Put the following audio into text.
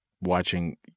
watching